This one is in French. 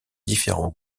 différents